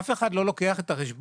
אף אחד לא לוקח בחשבון,